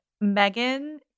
Megan